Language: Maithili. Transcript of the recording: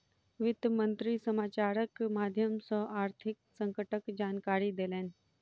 वित्त मंत्री समाचारक माध्यम सॅ आर्थिक संकटक जानकारी देलैन